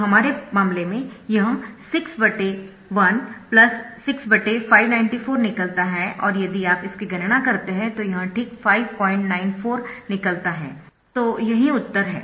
तो हमारे मामले में यह 61 6594 निकलता है और यदि आप इसकी गणना करते है तो यह ठीक 594 निकलता है तो यही उत्तर है